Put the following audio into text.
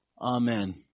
Amen